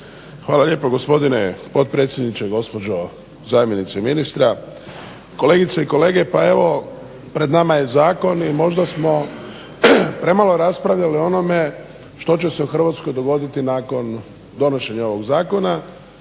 Hvala lijepo gospodine potpredsjedniče, gospođo zamjenice ministra, kolegice i kolege. Pa evo, pred nama je zakon i možda smo premalo raspravljali o onome što će se u Hrvatskoj dogoditi nakon donošenja ovog zakona